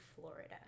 Florida